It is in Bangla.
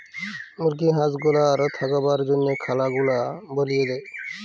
মুরগি হাঁস গুলার থাকবার জনহ খলা গুলা বলিয়ে দেয়